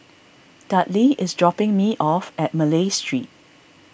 Dudley is dropping me off at Malay Street